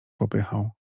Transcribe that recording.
popychał